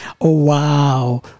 Wow